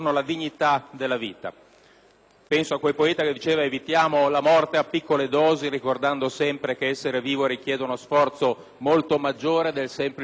Penso a quel poeta che diceva "Evitiamo la morte a piccole dosi ricordando sempre che essere vivo richiede uno sforzo molto maggiore del semplice fatto di respirare".